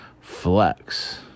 Flex